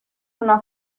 una